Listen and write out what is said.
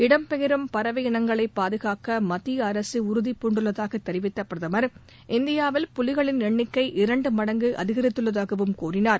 இடம்பெயரும் பறவை இனங்களை பாதுகாக்க மத்திய அரசு உறுதிபூண்டுள்ளதாக தெரிவித்த பிரதம் இந்தியாவில் புலிகளின் எண்ணிக்கை இரண்டு மடங்கு அதிகரித்துள்ளதாகவும் கூறினார்